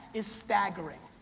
is staggering.